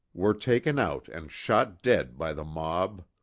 were taken out and shot dead by the mob.